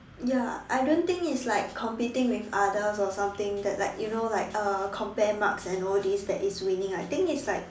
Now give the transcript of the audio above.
ya I don't think it's like competing with others or something that like you know like uh compare marks and all these that is winning I think it's like